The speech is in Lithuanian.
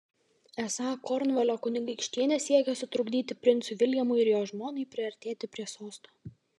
esą kornvalio kunigaikštienė siekia sutrukdyti princui viljamui ir jo žmonai priartėti prie sosto